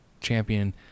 champion